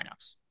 lineups